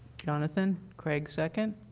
jonathan? craig seconds?